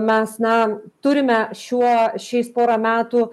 mes na turime šiuo šiais porą metų